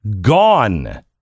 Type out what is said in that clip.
gone